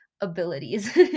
abilities